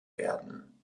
werden